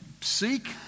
seek